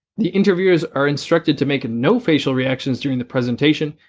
the interviewers are instructed to make no facial reactions during the presentation,